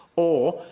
or,